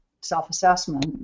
self-assessment